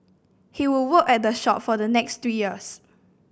he would work at the shore for the next three years